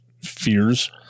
fears